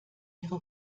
ihre